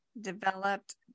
developed